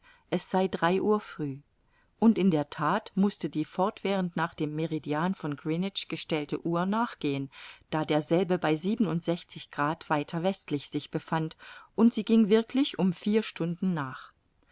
es sei drei uhr früh und in der that mußte die fortwährend nach dem meridian von greenwich gestellte uhr nachgehen da derselbe bei siebenundsechzig grad weiter westlich sich befand und sie ging wirklich um vier stunden nach